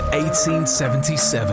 1877